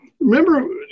Remember